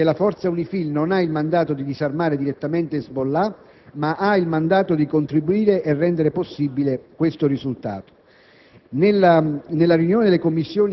Questo evidentemente significa che la forza UNIFIL non ha il mandato di disarmare direttamente Hezbollah, ma ha il mandato di contribuire e rendere possibile questo risultato».